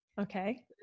Okay